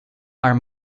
are